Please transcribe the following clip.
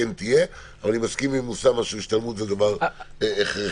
אני מסכים עם אוסאמה שהשתלמות זה דבר הכרחי.